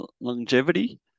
longevity